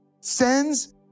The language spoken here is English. sends